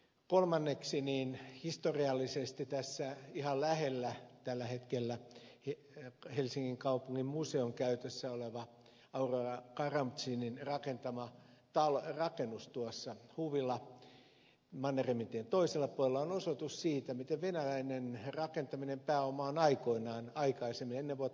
kolmanneksi historiallisesti tässä ihan lähellä tällä hetkellä helsingin kaupunginmuseon käytössä oleva aurora karamzinin omistuksessa ollut hakasalmen huvila mannerheimintien toisella puolella on osoitus siitä miten venäläinen pääoma on aikaisemmin ovat